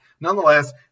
nonetheless